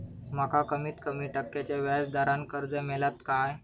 माका कमीत कमी टक्क्याच्या व्याज दरान कर्ज मेलात काय?